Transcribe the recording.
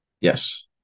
Yes